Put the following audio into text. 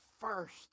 first